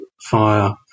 fire